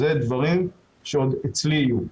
אלה דברים שעוד אצלי יהיו.